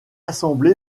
assemblée